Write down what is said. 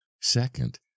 Second